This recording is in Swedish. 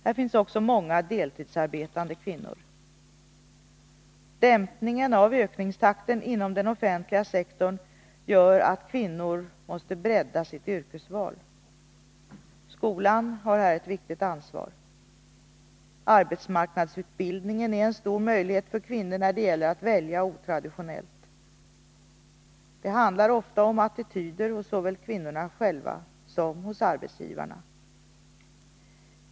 Här finns också många deltidsarbetande kvinnor. Dämpningen av ökningstakten inom den offentliga sektorn gör att kvinnor måste bredda sitt yrkesval. Skolan har här ett viktigt ansvar. Arbetsmarknadsutbildningen är en stor möjlighet för kvinnorna när det gäller att välja otraditionellt. Det handlar ofta om attityder hos såväl kvinnorna själva som hos arbetsgivare.